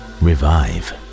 revive